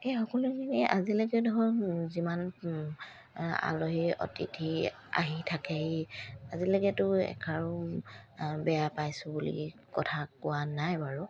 এই সকলোখিনি আজিলৈকে ধৰক যিমান আলহী অতিথি আহি থাকেহি আজিলেকেতো এষাৰো বেয়া পাইছোঁ বুলি কথা কোৱা নাই বাৰু